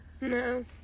No